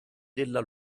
della